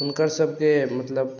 हुनकर सबके मतलब